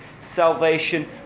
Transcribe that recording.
salvation